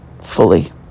Fully